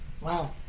Wow